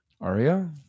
Aria